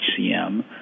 HCM